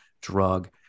drug